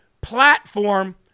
platform